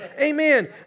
Amen